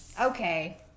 Okay